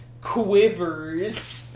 quivers